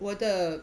我的